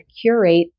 curate